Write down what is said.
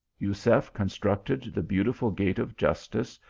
jusef constructed the beautiful gate of justice,